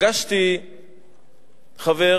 פגשתי חבר